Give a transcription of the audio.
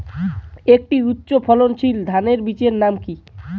একটি উচ্চ ফলনশীল ধানের বীজের নাম কী?